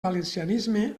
valencianisme